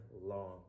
long